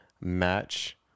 match